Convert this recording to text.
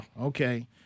okay